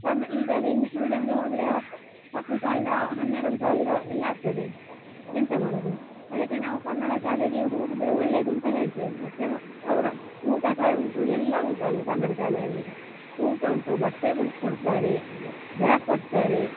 ಕನ್ನ ಈಗ ಇಂಗ್ಲೀಷ್ ಮೀಡಿಯಮ್ಮಿಗೆ ಹೋದರೆ ಹತ್ತು ಹತ್ತು ಸಾವಿರ ಹನ್ನೆರಡು ಸಾವಿರ ಎಲ್ಲ ಆಗ್ತದೆ ಎಂಥ ಮಾಡೋದು ಅದಕ್ಕೆ ನಾವು ಕನ್ನಡ ಶಾಲೆಗೆ ಹೋಗಿದ್ದರೆ ಒಳ್ಳೆದು ಅಂತ ಹೇಳ್ತೇವೆ ಮತ್ತೆ ಅವ ಅವರ ಊಟ ಸಹ ಉಂಟು ಎಲ್ಲ ಉಂಟಲ್ಲಿ ಕನ್ನಡ ಶಾಲೆಯಲ್ಲಿ ಊಟ ಉಂಟು ಬಟ್ಟೆಗಳು ಕೊಡ್ತಾರೆ ಬ್ಯಾಗ್ ಕೊಡ್ತಾರೆ